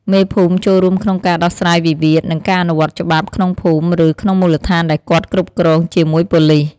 មេភូមិចួលរួមក្នុងការដោះស្រាយវិវាទ និងការអនុវត្តច្បាប់ក្នុងភូមិឬ ក្នុងមូលដ្ឋានដែលគាត់គ្រប់គ្រង់ជាមួយប៉ូលីស។